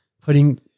putting